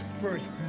first